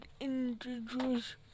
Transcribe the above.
introduce